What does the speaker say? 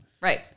right